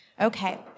Okay